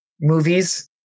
movies